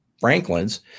Franklin's